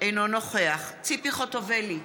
אינו נוכח ציפי חוטובלי,